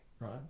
right